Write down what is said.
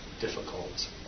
difficult